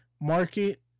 Market